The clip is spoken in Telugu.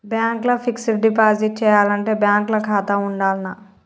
బ్యాంక్ ల ఫిక్స్ డ్ డిపాజిట్ చేయాలంటే బ్యాంక్ ల ఖాతా ఉండాల్నా?